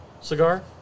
cigar